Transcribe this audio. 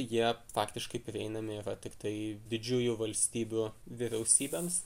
jie faktiškai prieinami yra tiktai didžiųjų valstybių vyriausybėms